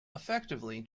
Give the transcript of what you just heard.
effectively